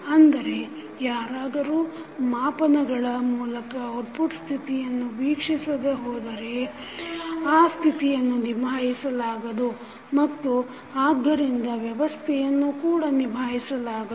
ಅಂದರೆ ಯಾರಾದರೂ ಮಾಪನಗಳ ಮೂಲಕ ಔಟ್ಪುಟ್ ಸ್ಥಿತಿಯನ್ನು ವೀಕ್ಷಿಸದೆ ಹೋದರೆ ಆ ಸ್ಥಿತಿಯನ್ನು ನಿಭಾಯಿಸಲಾಗದು ಮತ್ತು ಆದ್ದರಿಂದ ವ್ಯವಸ್ಥೆಯನ್ನು ಕೂಡ ನಿಭಾಯಿಸಲಾಗದು